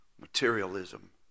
Materialism